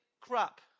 crap